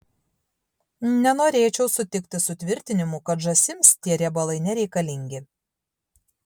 nenorėčiau sutikti su tvirtinimu kad žąsims tie riebalai nereikalingi